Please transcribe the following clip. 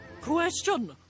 Question